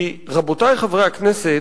כי, רבותי חברי הכנסת,